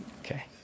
Okay